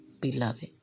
beloved